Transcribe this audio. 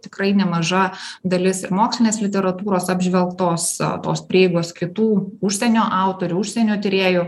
tikrai nemaža dalis ir mokslinės literatūros apžvelgtos o tos prieigos kitų užsienio autorių užsienio tyrėjų